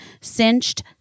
Cinched